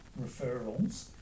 referrals